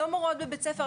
לא מורות בבית ספר.